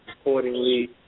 accordingly